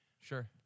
Sure